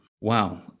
wow